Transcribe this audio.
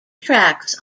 tracks